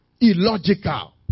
illogical